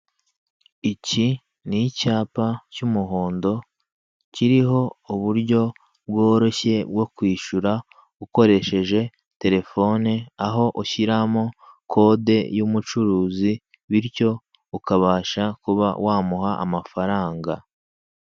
Iki ni icyapa cy'umuhondo kiriho uburyo bworoshye bwo kwishyura ukoresheje telefone, aho ushyiramo kode y'umucuruzi bityo ukabasha kuba wamuha amafaranga.